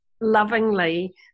lovingly